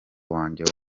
wanjye